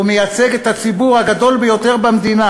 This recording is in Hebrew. הוא מייצג את הציבור הגדול ביותר במדינה,